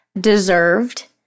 deserved